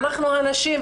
ואנחנו הנשים,